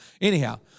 Anyhow